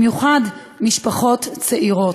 ובמיוחד משפחות צעירות.